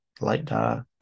light-dark